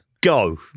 go